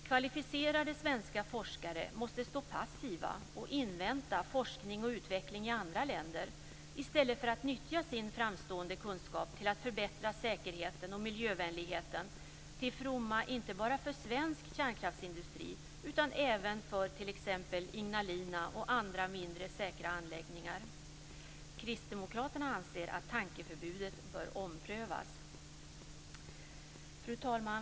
Kvalificerade svenska forskare måste stå passiva och invänta forskning och utveckling i andra länder i stället för att nyttja sin framstående kunskap till att förbättra säkerheten och miljövänligheten till fromma inte bara för svensk kärnkraftsindustri utan även för t.ex. Ignalina och andra mindre säkra anläggningar. Kristdemokraterna anser att tankeförbudet bör omprövas. Fru talman!